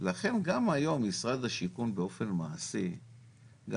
לכן גם היום משרד השיכון באופן מעשי גם